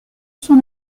son